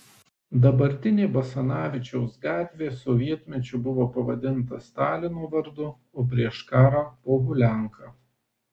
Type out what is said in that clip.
dabartinė basanavičiaus gatvė sovietmečiu buvo pavadinta stalino vardu o prieš karą pohulianka